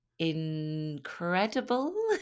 Incredible